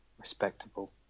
respectable